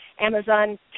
Amazon